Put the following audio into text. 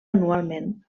anualment